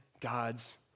God's